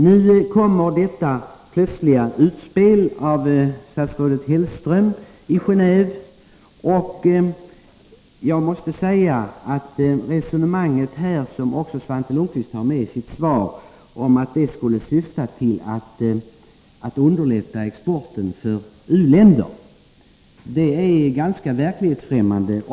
Nu kommer detta plötsliga utspel i Geneve av statsrådet Hellström. Och jag måste säga att det resonemang som han för och som också Svante Lundkvist har med i sitt svar, att förslaget skulle syfta till att underlätta exporten för u-länder, är ganska verklighetsfrämmande.